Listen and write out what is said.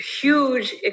huge